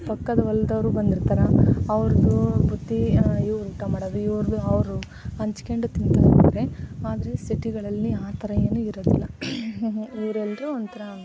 ಪಕ್ಕದ ಹೊಲದವ್ರು ಬಂದಿರ್ತಾರೆ ಅವ್ರದ್ದು ಬುತ್ತಿ ಇವ್ರು ಊಟ ಮಾಡೋದು ಇವ್ರದ್ದು ಅವರು ಹಂಚಿಕೊಂಡು ತಿಂತಾರೆಂದರೆ ಆದರೆ ಸಿಟಿಗಳಲ್ಲಿ ಆ ಥರ ಏನೂ ಇರೋದಿಲ್ಲ ಇವರೆಲ್ರೂ ಒಂಥರ